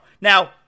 Now